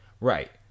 Right